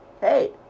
Hey